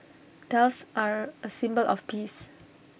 doves are A symbol of peace